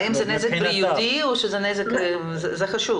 האם זה נזק בריאותי או שזה --- זה חשוב.